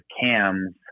cams